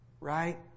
Right